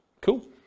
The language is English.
Cool